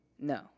No